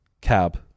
cab